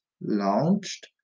launched